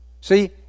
See